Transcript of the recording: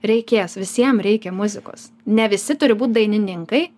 reikės visiem reikia muzikos ne visi turi būt dainininkai